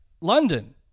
London